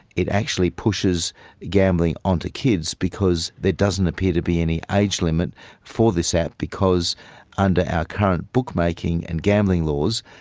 it actually pushes gambling onto kids, because there doesn't appear to be any age limit for this app because under our current bookmaking and gambling laws,